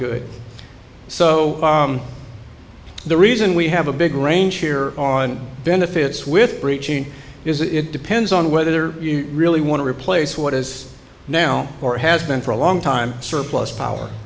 good so the reason we have a big range here on benefits with breaching is it depends on whether you really want to replace what is now or has been for a long time surplus power